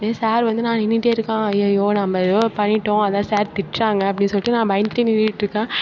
sir வந்து நான் நின்றிட்டேருக்கேன் ஐய்யய்யோ நம்ம ஏதோ பண்ணிவிட்டோம் அதுதான் சார் திட்டுறாங்க அப்படின்னு சொல்லிட்டு நான் பயந்துகிட்டே நின்றிட்ருக்கேன்